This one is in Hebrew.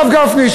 הרב גפני,